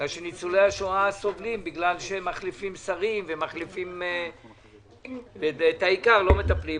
בגלל שניצולי השואה סובלים כי מחליפים שרים ובעיקר לא מטפלים.